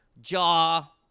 Jaw